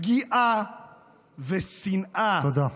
פגיעה ושנאה, תודה.